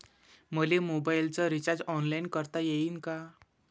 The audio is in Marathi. मले मोबाईलच रिचार्ज ऑनलाईन करता येईन का?